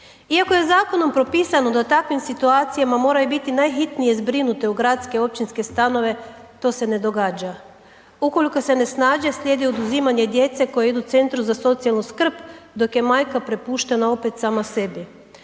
Iako je zakonom propisano da u takvim situacijama moraju biti najhitnije zbrinute u gradske i općinske stanove, to se ne događa, ukoliko se ne snađe slijedi oduzimanje djece koji idu centru za socijalnu skrb dok je majka prepuštena opet sama sebi.